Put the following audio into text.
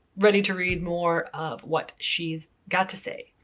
ready to read more of what she's got to say.